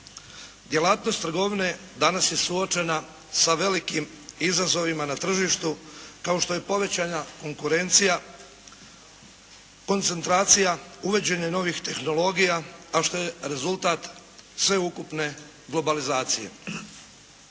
Djelatnost trgovine danas je suočena sa velikim izazovima na tržištu kao što je povećana konkurencija, koncentracija uvođenja novih tehnologija, a što je rezultat sveukupne globalizacije.